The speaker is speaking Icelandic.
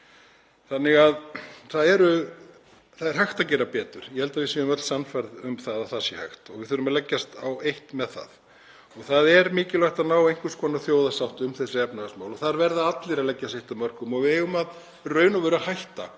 Þannig að það er hægt að gera betur. Ég held að við séum öll sannfærð um að það sé hægt og við þurfum að leggjast öll á eitt með það. Það er mikilvægt að ná einhvers konar þjóðarsátt um þessi efnahagsmál. Þar verða allir að leggja sitt af mörkum. Við eigum í raun og veru að hætta